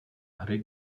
hry